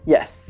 Yes